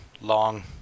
long